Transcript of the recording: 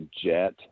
jet